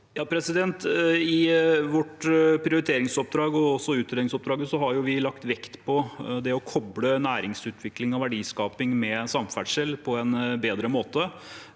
I vårt priorite- ringsoppdrag og også i utredningsoppdraget har vi lagt vekt på det å koble næringsutvikling og verdiskaping med samferdsel på en bedre måte.